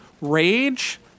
rage